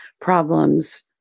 problems